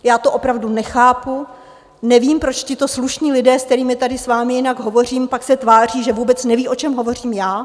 Já to opravdu nechápu, nevím, proč tito slušní lidé, s kterými tady s vámi jinak hovořím, pak se tváří, že vůbec nevědí, o čem hovořím já.